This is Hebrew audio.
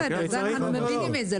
זה בסדר, זה אנחנו מבינים את זה.